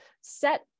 set